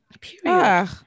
period